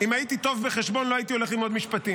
אם הייתי טוב בחשבון, לא הייתי הולך ללמוד משפטים.